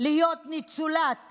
להיות ניצולת